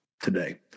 today